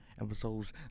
episodes